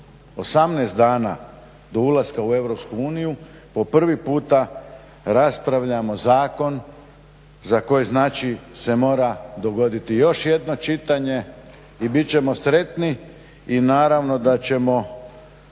18 dana do ulaska u EU po prvi puta raspravljamo zakon za koji znači se mora dogoditi još jedno čitanje i bit ćemo sretni i naravno da ćemo